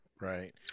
right